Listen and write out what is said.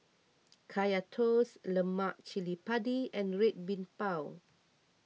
Kaya Toast Lemak Cili Padi and Red Bean Bao